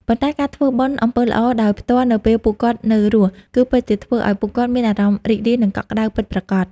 ប៉ុន្តែការធ្វើបុណ្យ (អំពើល្អ) ដោយផ្ទាល់នៅពេលពួកគាត់នៅរស់ គឺពិតជាធ្វើឲ្យពួកគាត់មានអារម្មណ៍រីករាយ និងកក់ក្តៅពិតប្រាកដ។